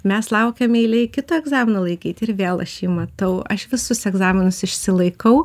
mes laukiam eilėj kito egzamino laikyt ir vėl aš jį matau aš visus egzaminus išsilaikau